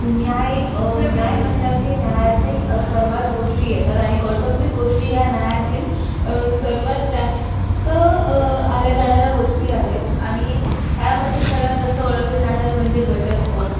न्याय न्याय म्हटलं की न्यायातील सर्वच गोष्टी येतात आणि कौटुंबिक गोष्टी या न्यायातील सर्वात जास्त आल्या जाणाऱ्या गोष्टी आहेत आणि ह्यामधील सर्वात जास्त ओळखले जाणारे म्हणजे घटस्फोट